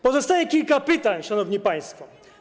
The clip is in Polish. Pozostaje kilka pytań, szanowni państwo.